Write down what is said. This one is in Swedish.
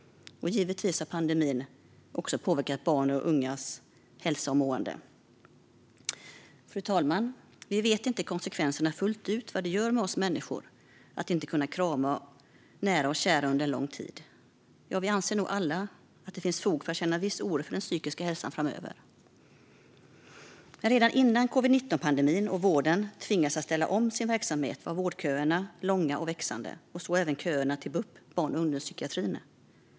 Givetvis har pandemin också påverkat barns och ungas hälsa och mående. Fru talman! Vi vet inte konsekvenserna fullt ut - vad det gör med oss människor att inte kunna krama nära och kära under en lång tid. Vi anser nog alla att det finns fog för att känna viss oro för den psykiska hälsan framöver. Redan före covid-19-pandemin och innan vården tvingades att ställa om sin verksamhet var vårdköerna långa och växande, även köerna till bup, barn och ungdomspsykiatrin.